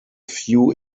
few